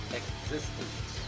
existence